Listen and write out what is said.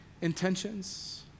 intentions